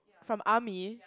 from army